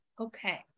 Okay